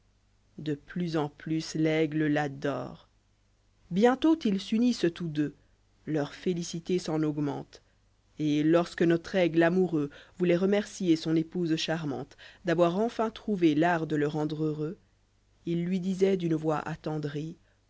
de plus en plus l'aigle l'adore bientôt ils s'unissent tous deux leur félicité s'en augmente et lorsque notre aigle amoureux vouloit remercier son épouse charmante d'avoir enfin trouvé l'art de le rendre heureux il lui disoit d'une voix attendrie